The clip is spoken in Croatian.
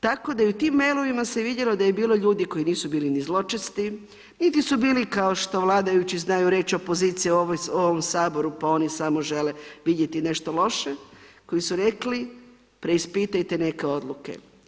Tako da i u tim mailovima se vidjelo da je bilo ljudi koji nisu bili ni zločesti, niti su bili, kao što vladajući znaju reći, opozicija u ovom Saboru, pa oni samo žele vidjeti nešto loše, koji su rekli, preispitajte neke odluke.